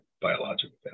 biological